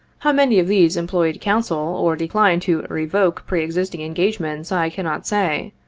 how many of these employed counsel, or declined to revoke pre-existing engagements, i cannot say.